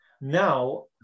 now